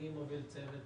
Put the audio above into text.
אני מוביל צוות